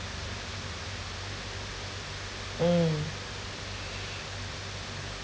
mm